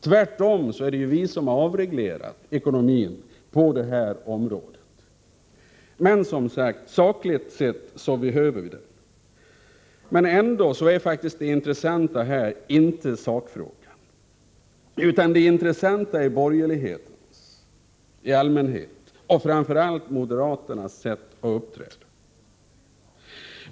Tvärtom, det är ju vi som avreglerar när det gäller ekonomiska frågor på det här området. Men, som sagt, sakligt sett behöver vi prisregleringslagen. Ändå är det intressanta i detta sammanhang inte sakfrågan utan borgerlighetens sätt att uppträda i allmänhet och moderaternas i synnerhet.